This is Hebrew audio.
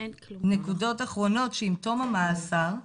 נקודות אחרות שעם תום המאסר,